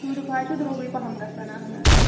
tulip حظ چھُ درٛۅگٕے پہم گژھان اَہَن حظ